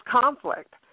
conflict